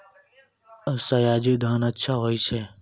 सयाजी धान अच्छा होय छै?